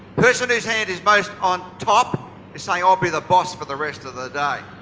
person's whose hand is most on top is saying i'll be the boss for the rest of the day.